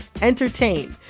entertain